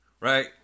Right